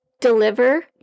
deliver